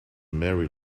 merry